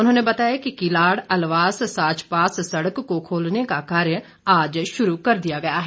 उन्होंने बताया कि किलाड़ अलवास साच पास सड़क को खोलने का कार्य आज शुरू कर दिया गया है